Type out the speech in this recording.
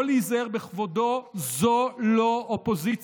לא להיזהר בכבודו, זו לא אופוזיציה.